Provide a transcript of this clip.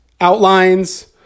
outlines